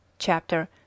Chapter